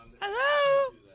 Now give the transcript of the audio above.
Hello